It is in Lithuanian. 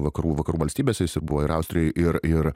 vakarų vakarų valstybėse buvo ir austrijoj ir ir